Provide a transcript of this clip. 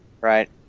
Right